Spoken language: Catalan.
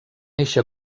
eixe